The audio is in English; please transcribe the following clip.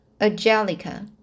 Angelica